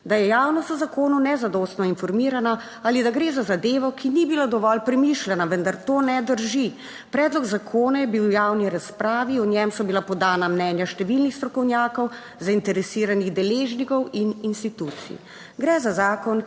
da je javnost o zakonu nezadostno informirana ali da gre za zadevo, ki ni bila dovolj premišljena, vendar to ne drži. Predlog zakona je bil v javni razpravi, o njem so bila podana mnenja številnih strokovnjakov, zainteresiranih deležnikov in institucij. Gre za zakon,